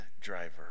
driver